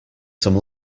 some